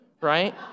right